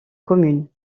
commune